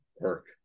work